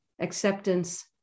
acceptance